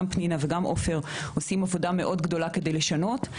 גם פנינה וגם עופר עושים עבודה גדולה מאוד כדי לשנות.